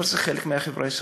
אבל זה חלק מהחברה הישראלית.